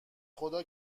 خدا